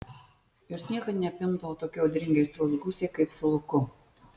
jos niekad neapimdavo tokie audringi aistros gūsiai kaip su luku